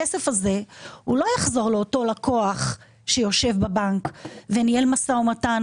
הכסף הזה הוא לא יחזור לאותו לקוח שיושב בבנק וניהל משא ומתן,